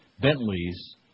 Bentley's